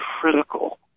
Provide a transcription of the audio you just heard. critical